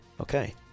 Okay